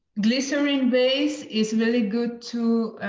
glycerin-based is really good to